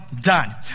done